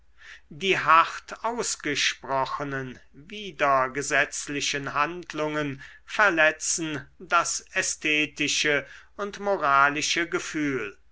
die hart ausgesprochenen widergesetzlichen handlungen verletzen das ästhetische und moralische gefühl